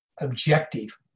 objective